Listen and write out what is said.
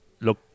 look